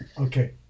Okay